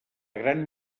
gran